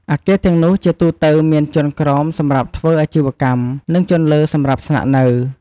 អគារទាំងនោះជាទូទៅមានជាន់ក្រោមសម្រាប់ធ្វើអាជីវកម្ម និងជាន់លើសម្រាប់ស្នាក់លំនៅ។